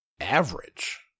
Average